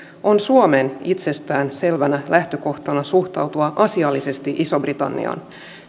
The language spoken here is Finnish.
on suomen itsestäänselvänä lähtökohtana suhtautua asiallisesti isoon britanniaan